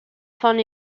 found